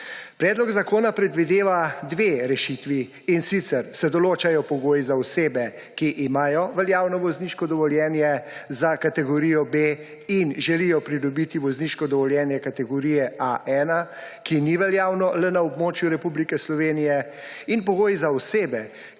Predlog zakona predvideva dve rešitvi, in sicer se določajo pogoji za osebe, ki imajo veljavno vozniško dovoljenje za kategorijo B in želijo pridobiti vozniško dovoljenje kategorije A1, ki ni veljavno le na območju Republike Slovenije, in pogoji za osebe,